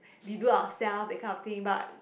we do our self that kind of thing but